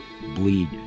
bleed